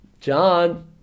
John